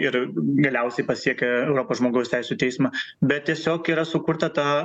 ir galiausiai pasiekė europos žmogaus teisių teismą bet tiesiog yra sukurta ta